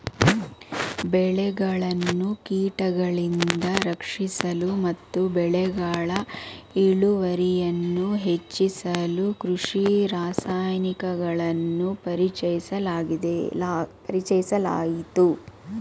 ಬೆಳೆಗಳನ್ನು ಕೀಟಗಳಿಂದ ರಕ್ಷಿಸಲು ಮತ್ತು ಬೆಳೆಗಳ ಇಳುವರಿಯನ್ನು ಹೆಚ್ಚಿಸಲು ಕೃಷಿ ರಾಸಾಯನಿಕಗಳನ್ನು ಪರಿಚಯಿಸಲಾಯಿತು